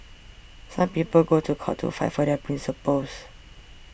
some people go to court to fight for their principles